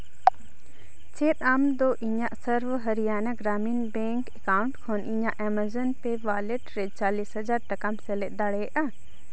ᱪᱮᱫ ᱟᱢ ᱫᱚ ᱤᱧᱟᱹᱜ ᱥᱚᱨᱵᱚ ᱦᱟᱨᱤᱭᱟᱱᱟ ᱜᱨᱟᱦᱚᱠ ᱜᱨᱟᱢᱤᱱ ᱵᱮᱝᱠ ᱮᱠᱟᱣᱩᱱᱴ ᱠᱷᱚᱱ ᱤᱧᱟᱹᱜ ᱮᱢᱟᱡᱚᱱ ᱯᱮ ᱚᱣᱟᱞᱮᱴ ᱨᱮ ᱪᱟᱞᱤᱥ ᱦᱟᱡᱟᱨ ᱴᱟᱠᱟᱢ ᱥᱮᱞᱮᱫ ᱫᱟᱲᱮᱭᱟᱜᱼᱟ